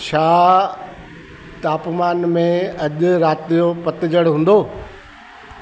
छा तापमानु में अॼु राति जो पतझड़ हूंदो